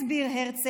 הסביר הרצל,